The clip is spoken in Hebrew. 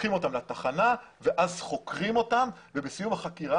לוקחים אותם לתחנה ואז חוקרים אותם ובסיום החקירה